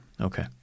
Okay